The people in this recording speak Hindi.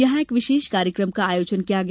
यहां एक विशेष कार्यकम का आयोजन किया गया